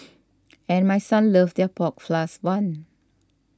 and my son loves their pork floss one